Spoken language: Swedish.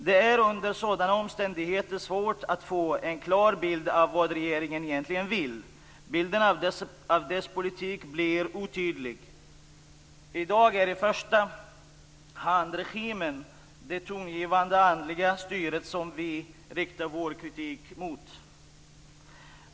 Det är under sådana omständigheter svårt att få en klar bild av vad regeringen egentligen vill - bilden av dess politik blir otydlig. I dag är det i första hand regimen - det tongivande andliga styret - som vi riktar vår kritik mot.